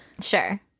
sure